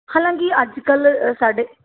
ਹਾਲਾਂ ਕਿ ਅੱਜ ਕੱਲ੍ਹ ਸਾਡੇ